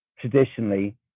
traditionally